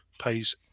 pays